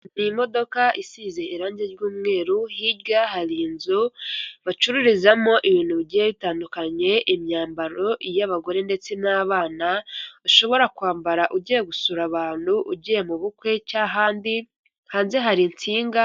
Ni imodokadoka isize irange ry'umweru, hirya hari inzu bacururizamo ibintu bigiye bitandukanye, imyambaro, iy'abagore ndetse n'abana. Ushobora kwambara ugiye gusura abantu, ugiye mu bukwe cyangwa ahandi, hanze hari insinga.